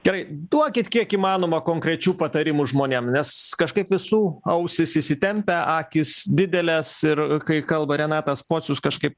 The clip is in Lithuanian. gerai duokit kiek įmanoma konkrečių patarimų žmonėm nes kažkaip visų ausys įsitempę akys didelės ir kai kalba renatas pocius kažkaip